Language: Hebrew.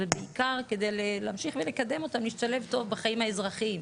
ובעיקר כדי להמשיך ולקדם אותם להשתלב טוב בחיים האזרחיים.